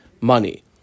money